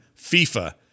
FIFA